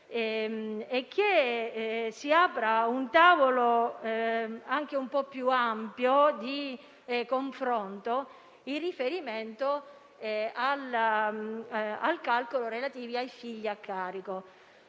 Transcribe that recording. e si apra un tavolo più ampio di confronto in riferimento al calcolo relativo ai figli a carico.